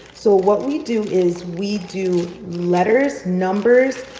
so what we do is we do letters, numbers,